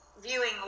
viewing